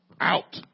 out